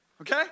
okay